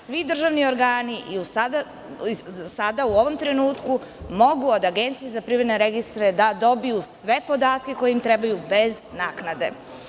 Svi državni organi u ovom trenutku mogu od Agencije za privredne registre da dobiju sve podatke koji im trebaju bez naknade.